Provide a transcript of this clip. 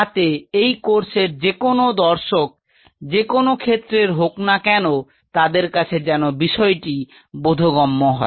যাতে এই কোর্সের যেকোনো দর্শক যেকোনো ক্ষেত্রের হোক না কেন তাদের কাছে যেন বিষয়টি বোধগম্য হয়